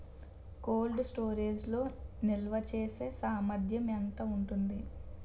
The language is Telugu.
కోల్డ్ స్టోరేజ్ లో నిల్వచేసేసామర్థ్యం ఎంత ఉంటుంది?